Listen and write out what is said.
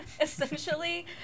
essentially